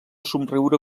somriure